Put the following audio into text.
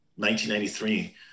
1993